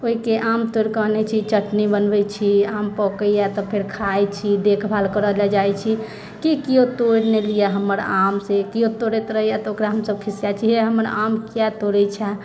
ओहिके आम तोड़ि कऽ आनै छी चटनी बनबै छी आम पकैए तऽ फेर खाइ छी देखभाल करऽ लए जाइ छी कि केओ तोड़ि नहि लिअ हमर आम से केओ तोड़ैत रहैए तऽ ओकरा हमसभ खिसिआइ छी हे हमर आम किये तोड़ै छऽ